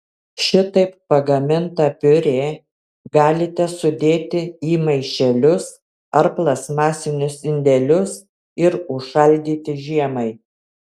šitaip pagamintą piurė galite sudėti į maišelius ar plastmasinius indelius ir užšaldyti žiemai